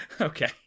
Okay